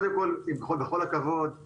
בכל הכבוד,